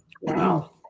wow